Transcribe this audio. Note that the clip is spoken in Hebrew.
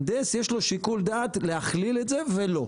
המהנדס, יש לו שיקול דעת להכליל את זה ולא.